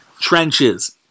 trenches